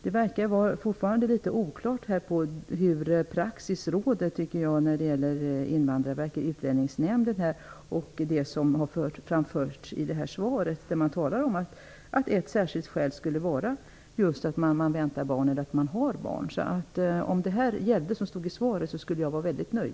Det verkar forfarande litet oklart vilken praxis som egentligen råder hos Invandrarverket och utlänningsnämnden jämfört med kulturministerns svar. I svaret sägs att ett särskilt skäl kan vara att man väntar eller har barn. Om det som står i svaret gällde skulle jag vara myckt nöjd.